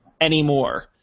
anymore